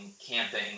camping